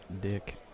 Dick